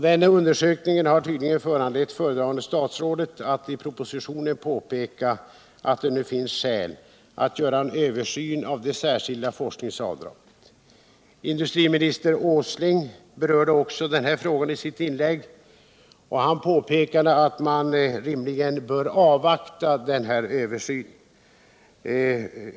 Den undersökningen har tydligen föranlett föredragande statsrådet att i propositionen påpeka att det nu finns skäl att göra en översyn av det särskilda forskningsavdraget. Den frågan berörde också industriminister Nils Åsling i sitt inlägg och påpekade att man rimligen bör avvakta denna översyn.